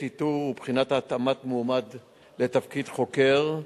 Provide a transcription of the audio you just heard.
איתור ובחינה של התאמת מועמד לתפקיד חוקר,